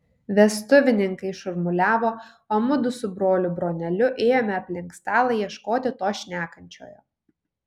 vestuvininkai šurmuliavo o mudu su broliu broneliu ėjome aplink stalą ieškoti to šnekančiojo